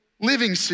living